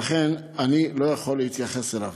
לכן אני לא יכול להתייחס אליו.